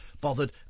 bothered